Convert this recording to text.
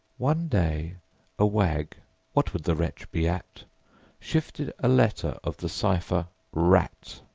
one day a wag what would the wretch be at shifted a letter of the cipher rat,